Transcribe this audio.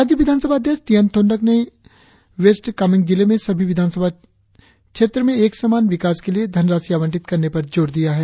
राज्य विधान सभा अध्यक्ष टी एन थोंदक ने वेस्ट कामेंग जिले में सभी विधान सभा क्षेत्र में एक समान विकास के लिए धनराशि आवंटित करने पर जोर दिया है